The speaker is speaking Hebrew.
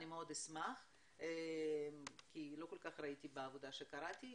אני מאוד אשמח כי לא כל כך ראיתי בעבודה שקראתי,